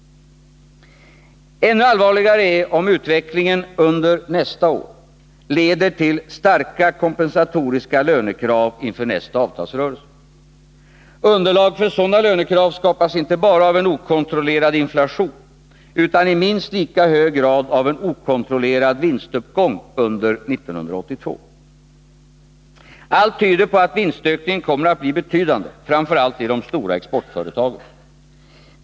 Ännu allvarligare är om utvecklingen under nästa år leder till starka kompensatoriska lönekrav inför nästa avtalsrörelse. Underlag för sådana lönekrav skapas inte bara av en okontrollerad inflation utan i minst lika hög grad av en okontrollerad vinstuppgång under 1982. Allt tyder på att vinstökningen kommer att bli betydande, framför allt i de stora exportföretagen.